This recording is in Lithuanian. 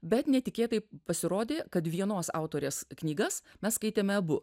bet netikėtai pasirodė kad vienos autorės knygas mes skaitėme abu